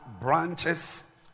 branches